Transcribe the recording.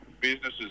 businesses